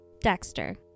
Dexter